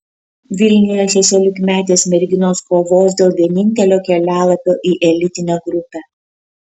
vilniuje šešiolikmetės merginos kovos dėl vienintelio kelialapio į elitinę grupę